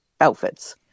outfits